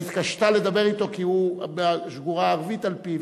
היא התקשתה לדבר אתו, כי הוא שגורה הערבית בפיו.